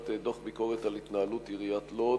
דוח ביקורת על התנהלות עיריית לוד.